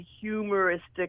humoristic